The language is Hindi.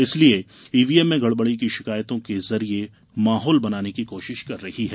इसलिये ईवीएम में गड़बड़ी की शिकायतों के जरिए माहौल बनाने की कोशिश कर रही है